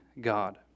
God